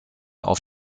auf